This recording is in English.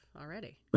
already